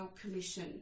Commission